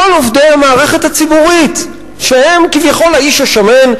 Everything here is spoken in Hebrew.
כל עובדי המערכת הציבורית הם כביכול האיש השמן,